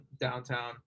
downtown